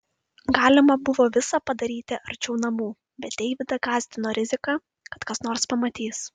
galima buvo visa padaryti arčiau namų bet deividą gąsdino rizika kad kas nors pamatys